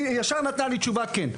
היא ישר נתנה לי תשובה כן.